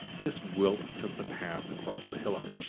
miss gwilt took the path across the hillock.